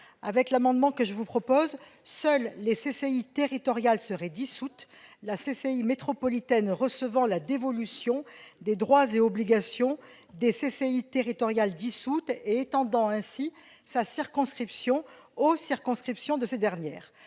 les établissements publics concernés. Seules les CCI territoriales seraient dissoutes, la CCI métropolitaine recevant la dévolution des droits et obligations des CCI territoriales dissoutes et étendant sa circonscription aux circonscriptions de ces dernières.